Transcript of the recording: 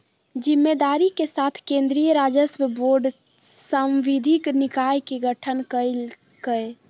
जिम्मेदारी के साथ केन्द्रीय राजस्व बोर्ड सांविधिक निकाय के गठन कइल कय